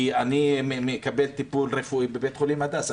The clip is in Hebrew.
כי אני מקבל טיפול רפואי בבית-חולים הדסה.